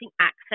access